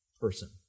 person